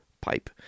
pipe